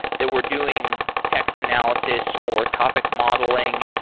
that were doing text analysis or topic modeling.